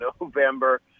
November